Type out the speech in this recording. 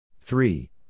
Three